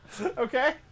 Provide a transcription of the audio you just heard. Okay